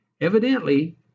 Evidently